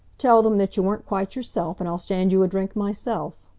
tell them that you weren't quite yourself, and i'll stand you a drink myself.